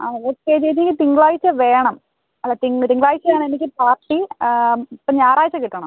ആണല്ലേ ചേച്ചി എനിക്ക് തിങ്കളാഴ്ച വേണം അല്ല തിങ്കൾ തിങ്കളാഴ്ചയാണ് എനിക്ക് പാർട്ടി അപ്പോൾ ഞായറാഴ്ച കിട്ടണം